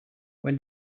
when